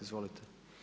Izvolite.